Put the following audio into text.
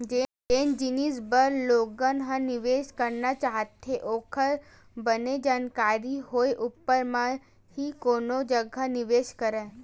जेन जिनिस बर लोगन ह निवेस करना चाहथे ओखर बने जानकारी होय ऊपर म ही कोनो जघा निवेस करय